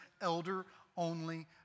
elder-only